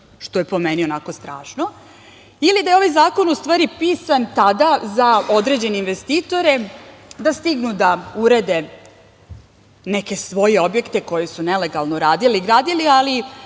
što je po meni onako strašno. Ili je ovaj zakon u stvari pisan tada za određene investitore da stignu da urede neke svoje objekte koje su nelegalno radili i gradili, ali